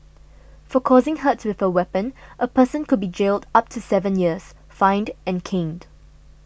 for causing hurt with a weapon a person could be jailed up to seven years fined and caned